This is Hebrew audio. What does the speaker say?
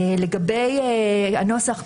לגבי הנוסח,